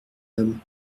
homme